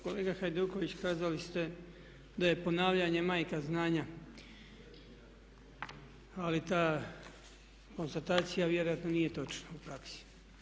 Kolega Hajduković kazali ste da je ponavljanje majka znanja, ali ta konstatacija vjerojatno nije točna u praksi.